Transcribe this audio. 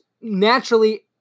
naturally